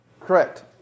Correct